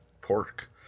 pork